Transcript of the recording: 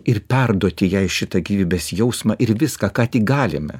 ir perduoti jai šitą gyvybės jausmą ir viską ką tik galime